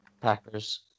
Packers